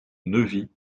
neuvy